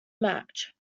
match